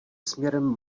směrem